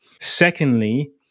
Secondly